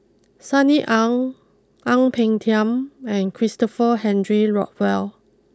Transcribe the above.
Sunny Ang Ang Peng Tiam and Christopher Henry Rothwell